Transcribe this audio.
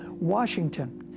Washington